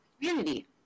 community